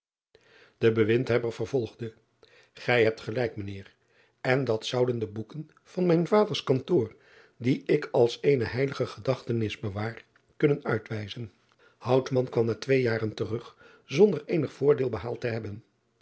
e ewindhebber vervolgde ij hebt gelijk mijn eer en dat zouden de boeken van mijn vaders kantoor die ik als eene heilige gedachtenis bewaar kunnen uitwijzen kwam na twee jaren terug zonder eenig voordeel behaald te hebben